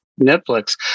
Netflix